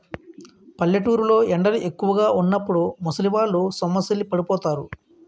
పల్లెటూరు లో ఎండలు ఎక్కువుగా వున్నప్పుడు ముసలివాళ్ళు సొమ్మసిల్లి పడిపోతారు